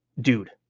dude